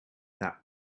that